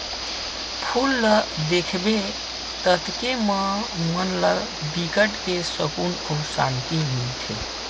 फूल ल देखबे ततके म मन ला बिकट के सुकुन अउ सांति मिलथे